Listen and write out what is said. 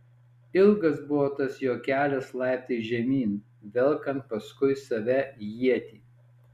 ilgas buvo tas jo kelias laiptais žemyn velkant paskui save ietį